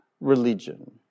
religion